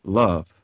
love